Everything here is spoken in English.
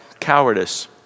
cowardice